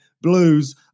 blues